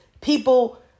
people